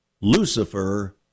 Lucifer